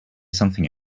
something